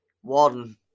one